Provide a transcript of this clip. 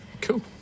cool